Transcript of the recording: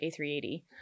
A380